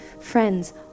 Friends